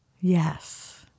Yes